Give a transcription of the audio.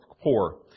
poor